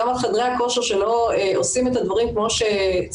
גם על חדרי הכושר שלא עושים את הדברים כמו שצריך,